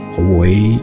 away